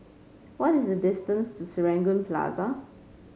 what is the distance to Serangoon Plaza